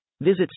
visit